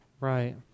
Right